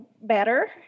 better